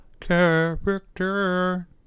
character